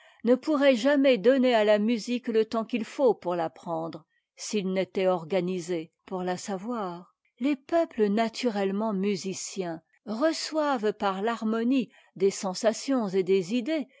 ne pourraien't jamais donner à la musique le temps qu'il faut pour t'apprendre s'ils n'étaient organisés pour la savoir les peuples naturellement musiciens reçoivent par l'harmonie des sensations et des idées